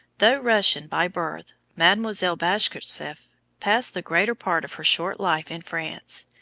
though russian by birth, mademoiselle bashkirtseff passed the greater part of her short life in france,